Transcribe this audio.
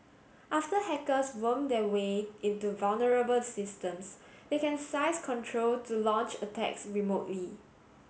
after hackers worm their way into vulnerable systems they can seize control to launch attacks remotely